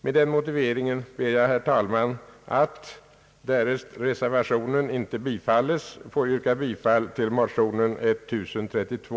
Med den motiveringen ber jag, herr talman, att, därest reservationen inte bifalles, få yrka bifall till motionen I: 1032.